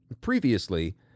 Previously